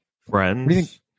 friends